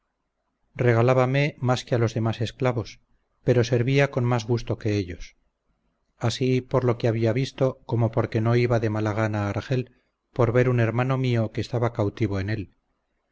regalabame mas que a los demás esclavos pero servía con más gusto que ellos así por lo que había visto como porque no iba de mala gana a argel por ver un hermano mio que estaba cautivo en él